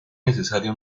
necesaria